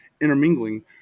intermingling